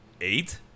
Eight